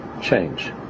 change